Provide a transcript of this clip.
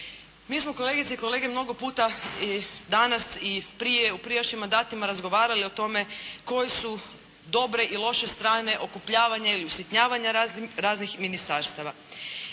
Mi smo kolegice i kolege mnogo puta danas i prije u prijašnjim mandatima razgovarali o tome koje su dobre i loše strane okrupnjavanja i usitnjavanja raznih ministarstava.